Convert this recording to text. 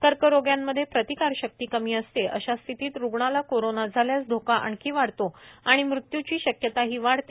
कर्करोग्यांमध्ये प्रतिकारशक्ती कमी असते अशा स्थितीत रुग्णाला कोरोना झाल्यास धोका आणखी वाढतो आणि मृत्यूची शक्यताही वाढते